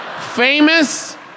Famous